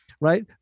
right